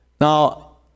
Now